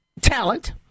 talent